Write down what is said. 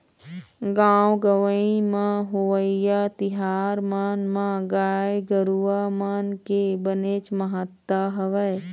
गाँव गंवई म होवइया तिहार मन म गाय गरुवा मन के बनेच महत्ता हवय